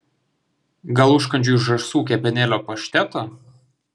gal užkandžiui žąsų kepenėlių pašteto